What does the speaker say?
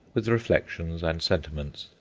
with reflections and sentiments,